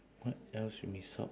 what else we miss out